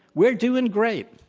we're doing great.